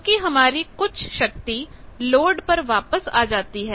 क्योंकि हमारी कुछ शक्ति लोड पर वापस आ जाती है